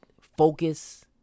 focus